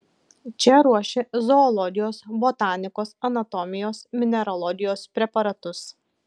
čia ruošė zoologijos botanikos anatomijos mineralogijos preparatus